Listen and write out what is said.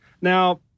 Now